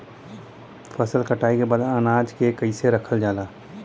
फसल कटाई के बाद अनाज के कईसे रखल जाला?